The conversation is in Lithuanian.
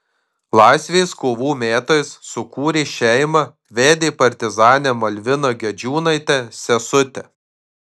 laisvės kovų metais sukūrė šeimą vedė partizanę malviną gedžiūnaitę sesutę